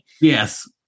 Yes